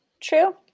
True